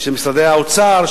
של משרדי האוצר,